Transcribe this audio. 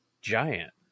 giant